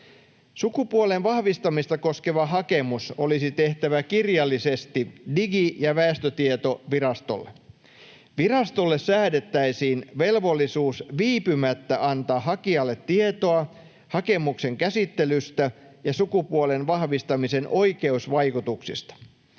Sukupuolen vahvistamista koskeva hakemus olisi tehtävä kirjallisesti Digi- ja väestötietovirastolle. Virastolle säädettäisiin velvollisuus viipymättä antaa hakijalle tietoa hakemuksen käsittelystä ja sukupuolen vahvistamisen oikeusvaikutuksista.